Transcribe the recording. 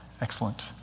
Excellent